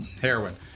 Heroin